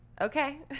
Okay